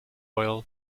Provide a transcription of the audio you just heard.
oil